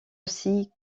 aussi